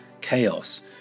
chaos